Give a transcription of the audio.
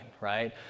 right